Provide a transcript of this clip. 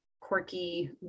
quirky